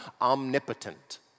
omnipotent